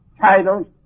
titles